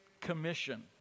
commission